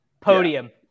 Podium